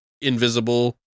invisible